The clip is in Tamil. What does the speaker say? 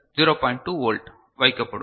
2 வோல்ட் வைக்கப்படும்